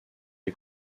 est